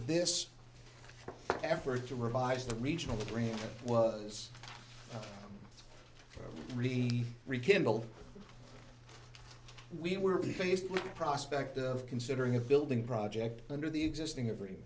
this effort to revise the regional agreement was really rekindled we were faced with the prospect of considering a building project under the existing